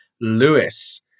Lewis